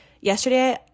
yesterday